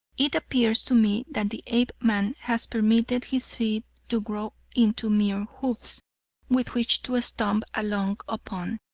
it appears to me that the apeman has permitted his feet to grow into mere hoofs with which to stump along upon,